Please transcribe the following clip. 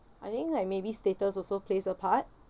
I think like maybe status also plays a part